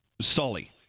Sully